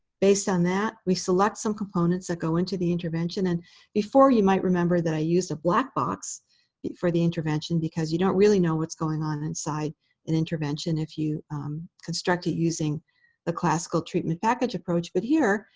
based on that, we select some components that go into the intervention. and before, you might remember that i used a black box for the intervention because you don't really know what's going on inside an intervention if you construct it using the classical treatment package approach. but here,